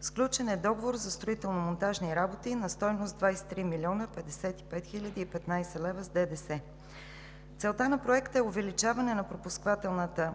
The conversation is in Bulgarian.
Сключен е договор за строително-монтажни работи на стойност 23 млн. 55 хил. 15 лв. с ДДС. Целта на Проекта е увеличаване на пропускателната